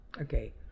okay